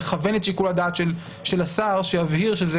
לכוון את שיקול הדעת של השר שיבהיר שזה